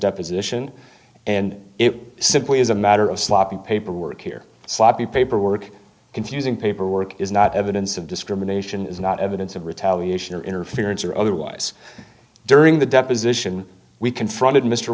deposition and it simply is a matter of sloppy paperwork here sloppy paperwork confusing paperwork is not evidence of discrimination is not evidence of retaliation or interference or otherwise during the deposition we confronted mr